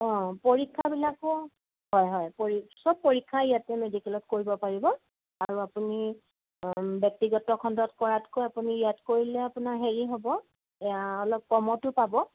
অঁ পৰীক্ষাবিলাকো হয় হয় পৰীক্ষা চব পৰীক্ষা ইয়াতে মেডিকেলত কৰিব পাৰিব আৰু আপুনি ব্যক্তিগত খণ্ডত কৰাতকৈ আপুনি ইয়াত কৰিলে আপোনাৰ হেৰি হ'ব অলপ কমতো পাব